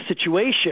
situation